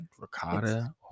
ricotta